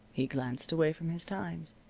he glanced away from his times.